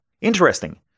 Interesting